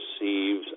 receives